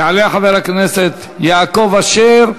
יעלה חבר הכנסת יעקב אשר,